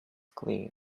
clear